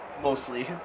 mostly